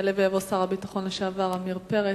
יעלה ויבוא שר הביטחון לשעבר, עמיר פרץ.